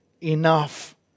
enough